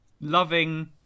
Loving